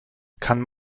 kann